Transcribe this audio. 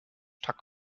tuck